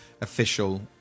official